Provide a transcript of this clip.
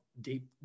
deep